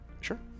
Sure